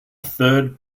third